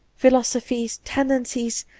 philosophies, ten dencies,